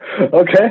Okay